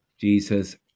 Jesus